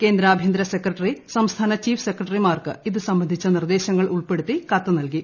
കേന്ദ്രആഭ്യന്തര secretary സംസ്ഥാന chief സെക്രട്ടറിമാർക്ക് ഇത് സംബന്ധിച്ച നിർദ്ദേശങ്ങൾ ഉൾപ്പെടുത്തി കത്തു നൽകി